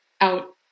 out